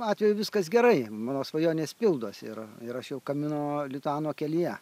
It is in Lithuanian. atveju viskas gerai mano svajonės pildosi ir aš jau kamino lituano kelyje